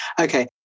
okay